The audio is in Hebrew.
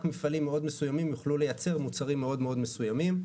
מפעלים מאוד מסוימים יוכלו לייצר מוצרים מאוד מאוד מסוימים.